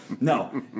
No